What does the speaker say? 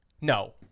No